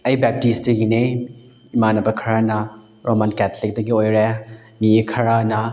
ꯑꯩ ꯕꯥꯞꯇꯤꯁꯇꯒꯤꯅꯦ ꯏꯃꯥꯟꯅꯕ ꯈꯔꯅ ꯔꯣꯃꯥꯟ ꯀꯦꯊꯂꯤꯛꯇꯒꯤ ꯑꯣꯏꯔꯦ ꯃꯤ ꯈꯔꯅ